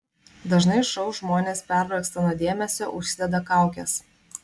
dažnai šou žmonės pervargsta nuo dėmesio užsideda kaukes